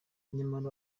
nyamara